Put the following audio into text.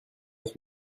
neuf